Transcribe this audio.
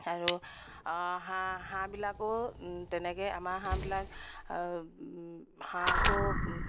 আৰু হাঁহ হাঁহবিলাকো তেনেকৈ আমাৰ হাঁহবিলাক হাঁহবোৰ